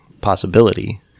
possibility